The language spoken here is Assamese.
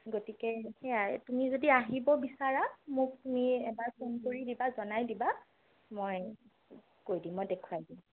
গতিকে সেয়াই তুমি যদি আহিব বিচাৰা মোক তুমি এবাৰ ফোন কৰি দিবা জনাই দিবা মই কৈ দিম মই দেখুৱাই দিম